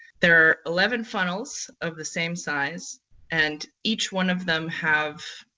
there are eleven funnels of the same size and each one of them have,